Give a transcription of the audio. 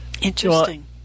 Interesting